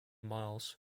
miles